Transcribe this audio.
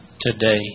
today